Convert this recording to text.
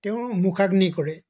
তেওঁৰ মুখাগ্নি কৰে